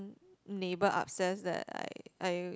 neighbour upstairs that I I